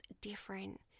different